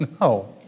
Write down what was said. No